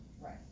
right